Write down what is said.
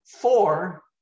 four